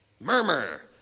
murmur